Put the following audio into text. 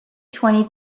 twenty